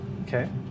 Okay